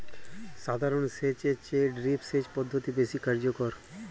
সাধারণ সেচ এর চেয়ে ড্রিপ সেচ পদ্ধতি বেশি কার্যকর